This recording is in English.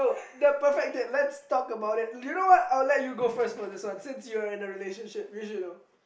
the perfect date let's talk about it you know what I'll let you go first for this one since you're in a relationship you should know